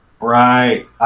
Right